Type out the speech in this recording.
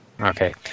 Okay